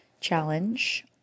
challenge